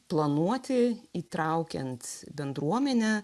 planuoti įtraukiant bendruomenę